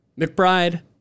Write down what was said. McBride